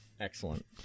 Excellent